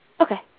Okay